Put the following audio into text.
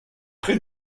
très